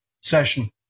session